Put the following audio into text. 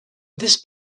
this